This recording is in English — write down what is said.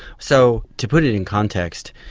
so, to put it in context,